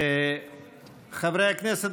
חברי הכנסת,